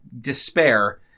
despair